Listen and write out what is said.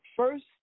First